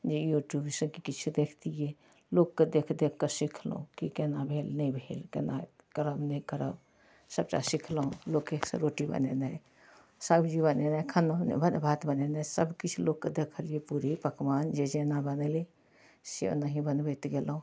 जे यूट्यूबसे कि किछु देखतिए लोकके देखि देखिके सिखलहुँ कि कोना भेल नहि भेल कोना करब नहि करब सबटा सिखलहुँ लोकेसँ रोटी बनेनाइ सबजी बनेनाइ खानामे बड़ी भात बनेनाइ सबकिछु लोकके देखलिए पूड़ी पकवान जे जे जेना बनाबै एनाहि बनबैत गेलहुँ